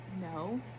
no